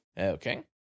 Okay